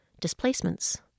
displacements